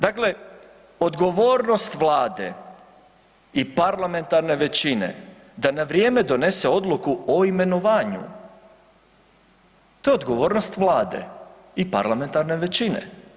Dakle, odgovornost Vlade i parlamentarne većine da na vrijeme donese odluku o imenovanju, to je odgovornost Vlade i parlamentarne većine.